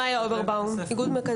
הבעיה.